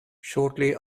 shortly